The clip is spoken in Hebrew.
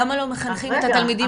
למה לא מחנכים את התלמידים?